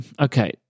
Okay